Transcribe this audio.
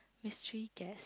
mystery guest